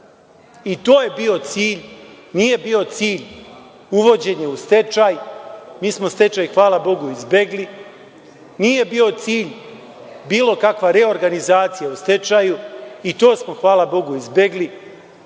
to je bio cilj. Nije bio cilj uvođenje u stečaj. Mi smo stečaj, hvala bogu, izbegli. Nije bio cilj bilo kakva reorganizacija u stečaju, i to smo hvala bogu izbegli.